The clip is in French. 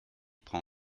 prend